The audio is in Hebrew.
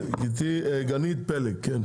גנית פלג, כן?